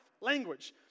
language